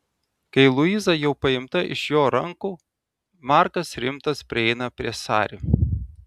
kai luiza jau paimta iš jo rankų markas rimtas prieina prie sari